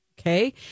Okay